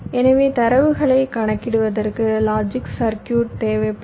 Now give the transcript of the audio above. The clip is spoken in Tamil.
எனவே தரவுகளை கணக்கிடுவதற்கு லாஜிக் சர்க்யூட் தேவைப்படும்